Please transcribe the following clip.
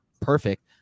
perfect